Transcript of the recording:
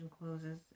closes